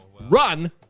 run